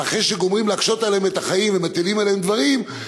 ואחרי שגומרים להקשות עליהם את החיים ומטילים עליהם דברים,